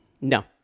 No